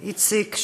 איציק,